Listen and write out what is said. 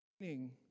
meaning